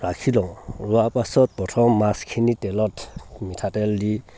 ৰাখি লওঁ লোৱাৰ পাছত প্ৰথম মাছখিনি তেলত মিঠাতেল দি